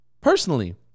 personally